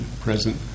present